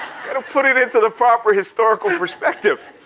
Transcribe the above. it'll put it into the proper historical perspective.